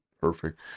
perfect